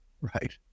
Right